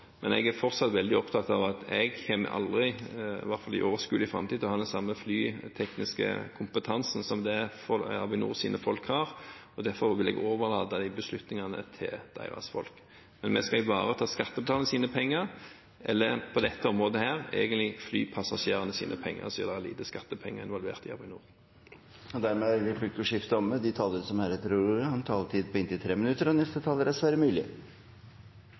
Men jeg er fortsatt veldig opptatt av at jeg kommer aldri, i hvert fall ikke i overskuelig framtid, til å ha den samme flytekniske kompetansen som Avinors folk har, derfor overlater jeg beslutningene til dem. Men vi skal ivareta skattebetalernes penger, eller på dette området egentlig flypassasjerenes penger, siden det er lite skattepenger involvert i Avinor. Replikkordskiftet er omme. De talere som heretter får ordet, har en taletid på inntil 3 minutter. Den 8. oktober 1992 var en stor dag for Romerike og